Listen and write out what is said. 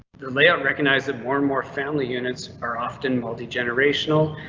the layout recognize that more and more family units are often multi generational,